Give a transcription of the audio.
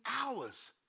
hours